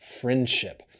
Friendship